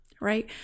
right